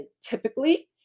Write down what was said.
Typically